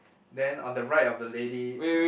then on the right of the lady uh